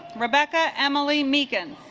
rebecca emily meakin